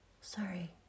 Sorry